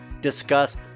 discuss